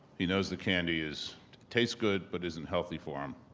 he knows the candies taste good, but isn't healthy for him.